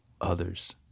others